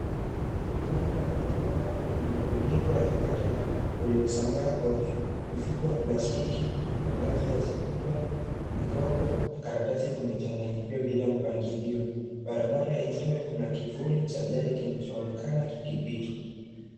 Kando ya barabara kuna mrundiko wa takataka uliosambaa ovyo, mifuko ya plastiki, mabaki ya chakula, mikopo, makaratasi kumechanganyika bila mpangilio, barabara yenyewe kuna kivuli cha gari kinacho onekana kikipita.